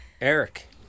Eric